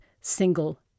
single